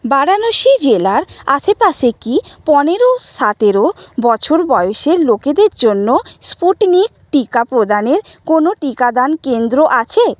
বারাণসী জেলার আশেপাশে কি পনেরো সাতেরো বছর বয়সের লোকেদের জন্য স্পুটনিক টিকা প্রদানের কোনো টিকাদান কেন্দ্র আছে